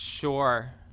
Sure